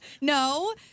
No